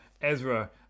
Ezra